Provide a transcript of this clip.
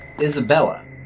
Isabella